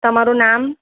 તમારું નામ